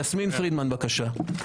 יסמין פרידמן, בבקשה.